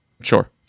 sure